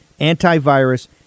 antivirus